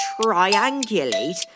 triangulate